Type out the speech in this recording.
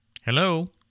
Hello